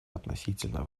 относительно